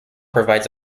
provides